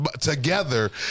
together